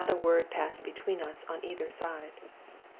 and not a word passed between us on either side.